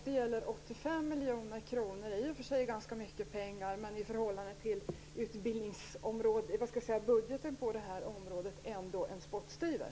Det gäller 85 miljoner kronor, i och för sig ganska mycket pengar, men i förhållande till budgeten på det här området är det ändå en spottstyver.